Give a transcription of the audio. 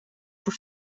por